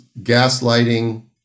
gaslighting